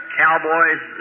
cowboys